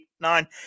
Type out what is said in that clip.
nine